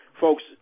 folks